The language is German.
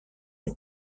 ist